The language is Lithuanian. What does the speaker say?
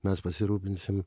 mes pasirūpinsim